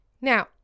Now